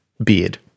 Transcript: Beard